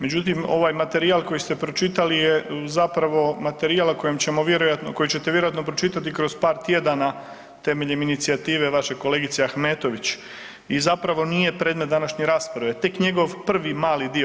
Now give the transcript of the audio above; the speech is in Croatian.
Međutim, ovaj materijal koji ste pročitali je zapravo materijal koji ćete vjerojatno pročitati kroz par tjedana temeljem inicijative vaše kolegice Ahmetović i zapravo nije predmet današnje rasprave, tek njegov prvi mali dio.